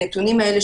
הנתונים האלה